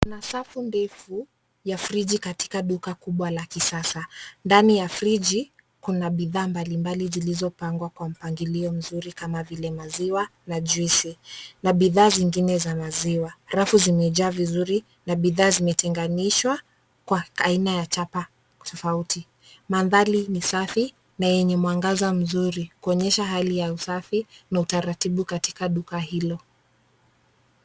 Kuna safu ndefu ya friji katika duka kubwa la kisasa, ndani ya friji kuna bidhaa mbali mabli zilizo pangwa kwa mpangilio mzuri kama vile maziwa na juisi na bidhaa zingine za maziwa rafu zimejaa vizuri na bidhaa zimetenganishwa kwa aina ya chapa tofauti. Madhari ni safi na yenye mwangaza mzuri kuonyesha hali ya usafi na utaratibu katika duka hilo.